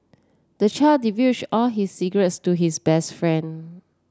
the child divulged all his secrets to his best friend